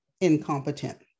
incompetent